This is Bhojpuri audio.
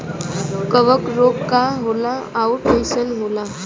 कवक रोग का होला अउर कईसन होला?